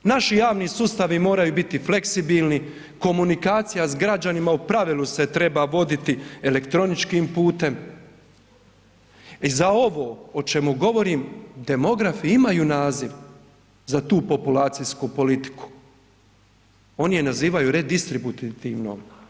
Naši javni sustavi moraju biti fleksibilni, komunikacija s građanima u pravilu se treba voditi elektroničkim putem i za ovo o čemu govorim demografi imaju naziv za tu populacijsku politiku, oni je nazivaju redistributativnom.